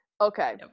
Okay